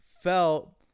felt